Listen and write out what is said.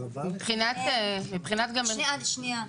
מבחינת- -- שנייה, שנייה.